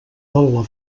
del